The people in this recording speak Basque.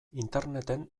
interneten